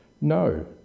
No